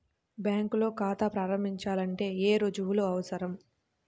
బ్యాంకులో ఖాతా ప్రారంభించాలంటే ఏ రుజువులు అవసరం?